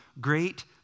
great